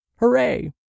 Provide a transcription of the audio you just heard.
Hooray